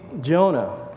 Jonah